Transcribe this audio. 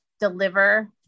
deliver